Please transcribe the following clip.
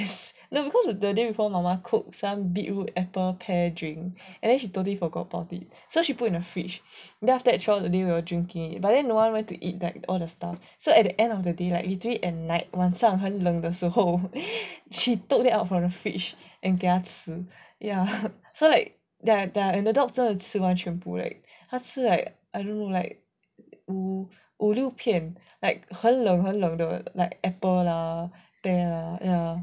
yes no because of the day before mama cook some beetroot apple pear drink and then she totally forgot about it so she put in the fridge then after that shortly we are drinking but then no one want to eat all the stuff so at the end of the day like literally at night 晚上很冷的时候 she took them out from the fridge and 给他吃 ya so like their and the dog 真的吃完全部 eh 他吃 like I don't know like 五六片 like 很冷很冷的 like apple lah pear lah ya